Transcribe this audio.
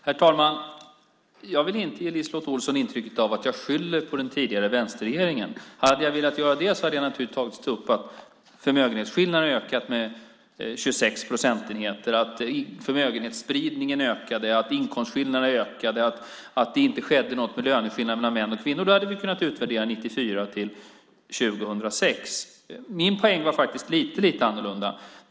Herr talman! Jag vill inte ge LiseLotte Olsson intrycket av att jag skyller på den tidigare vänsterregeringen. Hade jag velat göra det hade jag naturligtvis tagit upp att förmögenhetsskillnaden ökade med 26 procentenheter, att förmögenhetsspridningen ökade, att inkomstskillnaderna ökade, att det inte skedde något med löneskillnaderna mellan män och kvinnor. Då hade vi kunnat utvärdera 1994-2006. Min poäng var lite annorlunda.